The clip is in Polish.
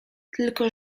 tylko